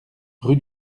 rue